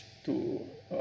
to uh